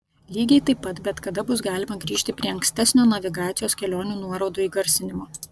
lygiai taip pat bet kada bus galima grįžti prie ankstesnio navigacijos kelionių nuorodų įgarsinimo